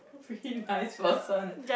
really nice person